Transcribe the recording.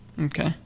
Okay